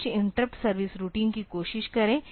तो इस प्रकार कुछ इंटरप्ट सर्विस रूटीन की कोशिश करे